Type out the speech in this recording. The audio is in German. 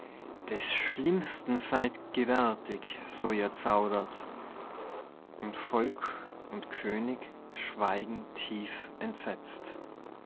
des schlimmsten seid gewärtig so ihr zaudert und volk und könig schweigen tief entsetzt